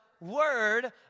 Word